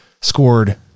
scored